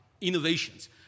innovations